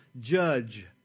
judge